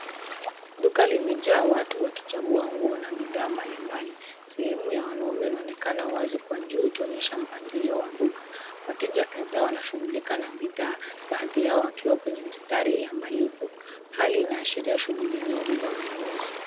Duka limejaa watu wakichagua nguo na bidhaa mbalimbali. Sehemu ya wanaume inaonekana wazi kwa juu, ikonyesha mpangilio wa duka. Wateja kadhaa wanashughulika na bidhaa, baadhi yao wakiwa kwa mstari wa malipo. Hali inaashiria shughuli nyingi za ununuzi.